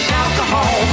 alcohol